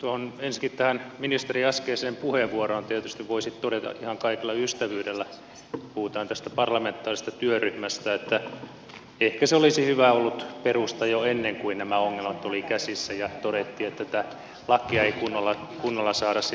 ensinnäkin tähän ministerin äskeiseen puheenvuoroon tietysti voisi todeta ihan kaikella ystävyydellä kun puhutaan tästä parlamentaarisesta työryhmästä että ehkä se olisi ollut hyvä perustaa jo ennen kuin nämä ongelmat olivat käsissä ja todettiin että tätä lakia ei kunnolla saada sitten eteenpäin